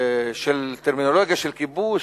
בטרמינולוגיה של כיבוש,